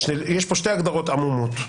יש פה שתי הגדרות עמומות.